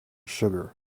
sugar